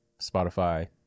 Spotify